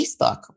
Facebook